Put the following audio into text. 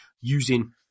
using